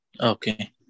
Okay